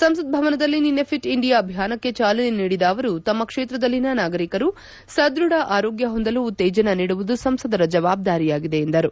ಸಂಸತ್ ಭವನದಲ್ಲಿ ನಿನ್ನೆ ಫಿಟ್ ಇಂಡಿಯಾ ಅಭಿಯಾನಕ್ಕೆ ಚಾಲನೆ ನೀಡಿದ ಅವರು ತಮ್ಮ ಕ್ಷೇತ್ರದಲ್ಲಿನ ನಾಗರಿಕರು ಸದೃಢ ಆರೋಗ್ಯ ಹೊಂದಲು ಉತ್ತೇಜನ ನೀಡುವುದು ಸಂಸದರ ಜವಾಬ್ದಾರಿಯಾಗಿದೆ ಎಂದರು